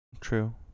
true